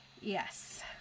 yes